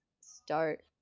start